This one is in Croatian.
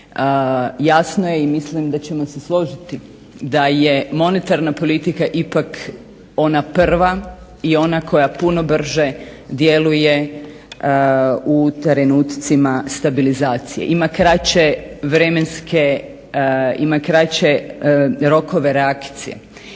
Jasno je i mislim da ćemo se složiti da je monetarna politika ipak ona prva i ona koja puno brže djeluje u trenutcima stabilizacije ima kraće vremenske, ima kraće rokove reakcije,